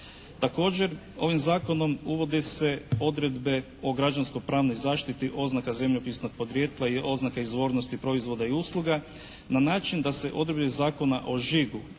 Također ovim zakonom uvodi se odredbe o građansko-pravnoj zaštiti, oznaka zemljopisnog podrijetla i oznaka izvornosti proizvoda i usluga na način da se odredbe Zakona o žigu